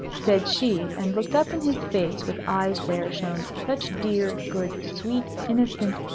said she, and looked up in his face with eyes where shone such dear, good, sweet, innocent,